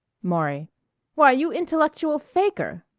maury why, you intellectual faker!